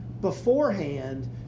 beforehand